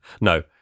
No